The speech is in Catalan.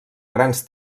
grans